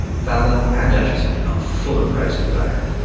fowler and acheson are full of praise for diana,